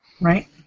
Right